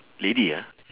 lady ah